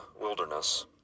Wilderness